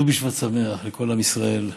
ט"ו בשבט שמח לכל עם ישראל,